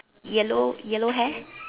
yellow yellow hair